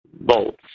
bolts